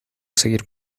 seguir